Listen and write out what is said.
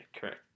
correct